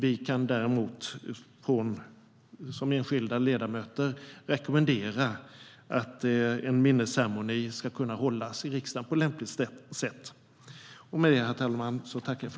Vi kan däremot som enskilda ledamöter rekommendera att en minnesceremoni ska hållas i riksdagen på lämpligt sätt. Överläggningen var härmed avslutad.